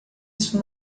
isso